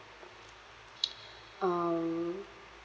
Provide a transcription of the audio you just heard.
um